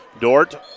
Dort